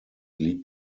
liegt